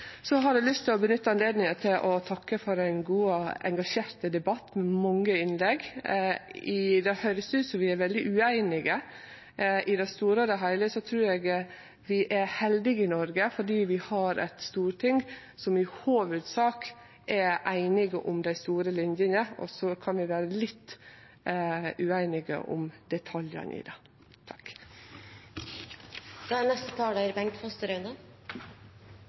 Så har eg lyst til å nytte anledninga til å takke for ein god og engasjert debatt med mange innlegg. Det høyrest ut som om vi er veldig ueinige. I det store og heile trur eg vi er heldige i Noreg fordi vi har eit storting som i hovudsak er einige om dei store linene, og så kan vi vere litt ueinige om detaljane i det. Jeg vil gå litt tilbake til det som kanskje er